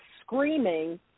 screaming